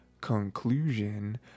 conclusion